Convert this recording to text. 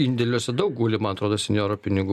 indėliuose daug guli man atrodo senjorų pinigų